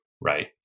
right